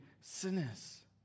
sinners